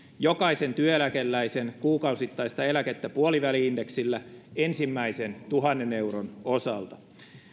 jokaisen työeläkeläisen kuukausittaista eläkettä puoliväli indeksillä ensimmäisen tuhannen euron osalta